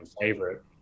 favorite